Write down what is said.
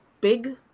big